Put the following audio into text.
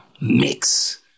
mix